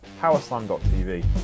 powerslam.tv